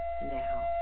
now